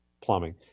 plumbing